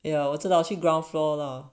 yeah 我知道去 ground floor lah